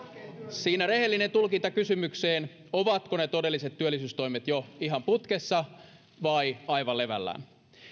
siinä rehellinen tulkinta kysymykseen ovatko ne todelliset työllisyystoimet jo ihan putkessa vai aivan levällään